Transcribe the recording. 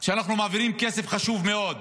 כשאנחנו מעבירים כסף חשוב מאוד